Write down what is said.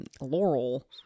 laurel